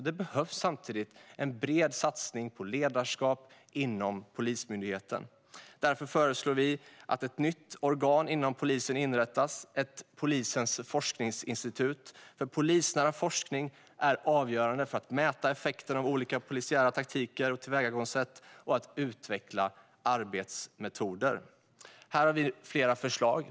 Det behövs samtidigt en bred satsning på ledarskap inom Polismyndigheten. Därför föreslår vi att ett nytt organ inom polisen inrättas, ett polisens forskningsinstitut. Polisnära forskning är avgörande för att mäta effekterna av olika polisiära taktiker och tillvägagångssätt och att utveckla arbetsmetoder. Här har vi flera förslag.